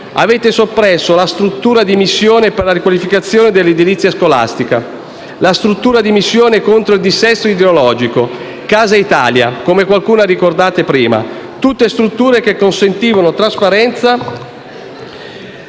Avete soppresso la struttura di missione per la riqualificazione dell'edilizia scolastica, la struttura di missione contro il dissesto idrogeologico, Casa Italia - come qualcuno ha ricordato prima - tutte strutture che sicuramente consentivano trasparenza e